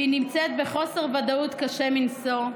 והיא נמצאת בחוסר ודאות קשה מנשוא,